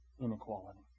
inequality